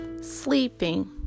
Sleeping